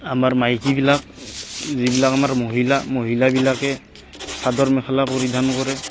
আমাৰ মাইকীবিলাক যিবিলাক আমাৰ মহিলা মহিলাবিলাকে চাদৰ মেখেলা পৰিধান কৰে